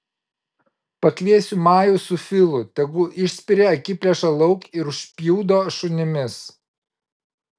pakviesiu majų su filu tegu išspiria akiplėšą lauk ir užpjudo šunimis